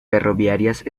ferroviarias